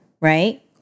right